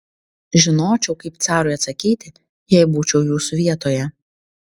žinočiau kaip carui atsakyti jei būčiau jūsų vietoje